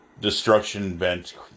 destruction-bent